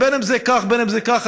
בין כך ובין כך,